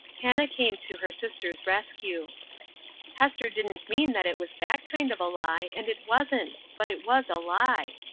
hannah came to her sister's rescue hester didn't mean that it was that kind of a lie, and it wasn't. but it was a lie.